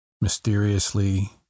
mysteriously